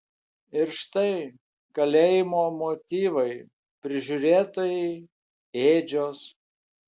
ir štai kalėjimo motyvai prižiūrėtojai ėdžios